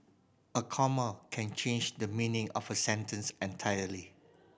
a comma can change the meaning of a sentence entirely